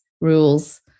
rules